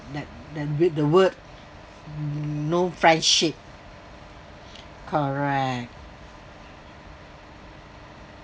that that with the word no friendship correct